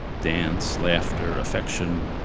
dance, laughter, affection,